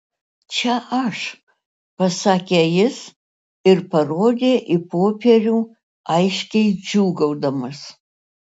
čia aš pasakė jis ir parodė į popierių aiškiai džiūgaudamas